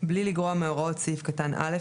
"(ב1)בלי לגרוע מהוראות סעיף קטן (א),